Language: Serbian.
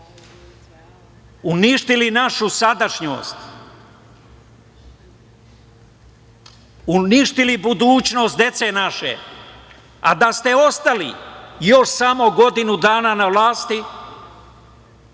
uništili našu sadašnjost, uništili budućnost naše dece, a da ste ostali još samo godinu dana na vlasti